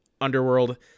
underworld